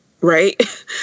right